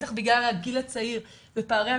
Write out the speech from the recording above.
בטח בגלל הגיל הצעיר ופערי הכוחות.